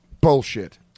Bullshit